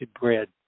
bread